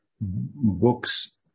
books